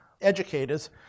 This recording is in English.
educators